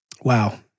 Wow